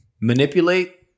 Manipulate